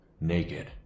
naked